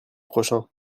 prochain